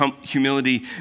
Humility